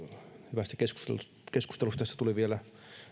hyvästä keskustelusta tässä tuli vielä